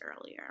earlier